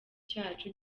cyacu